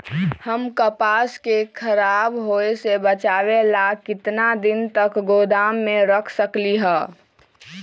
हम कपास के खराब होए से बचाबे ला कितना दिन तक गोदाम में रख सकली ह?